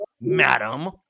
madam